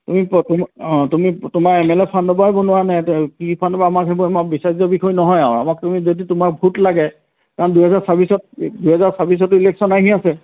তুমি তোমাৰ অঁ তুমি তোমাৰ এম এল এ ফাণ্ডৰ পৰাই বনোৱা নে কি ফাণ্ডৰ পৰা আমাৰ সেইবোৰ বিচাৰ্যৰ বিষয় নহয় আৰু আমাক তুমি যদি তোমাৰ ভোট লাগে কাৰণ দুহেজাৰ ছাব্বিছত দুহেজাৰ ছাব্বিছতো ইলেকশ্যন আহি আছে